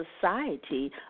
Society